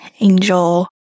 angel